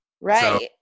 Right